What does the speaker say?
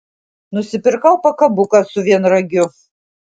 nusipirkau pakabuką su vienragiu